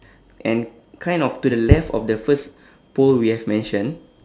and kind of to the left of the first pole we have mention